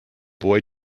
boy